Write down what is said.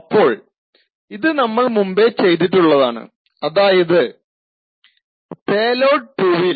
അപ്പോൾ ഇത് നമ്മൾ മുമ്പേ ചെയ്തിട്ടുള്ളതാണ് അതായത് പേലോഡ് 2 ൽ